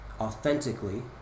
authentically